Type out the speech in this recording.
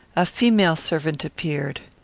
a female servant appeared.